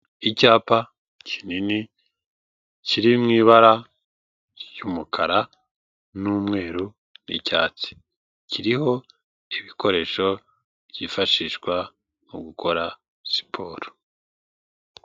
Icyapa kinini kiri mu ibara ry'umukara n'umweru n'icyatsi kiriho ibikoresho byifashishwa mu gukora siporo.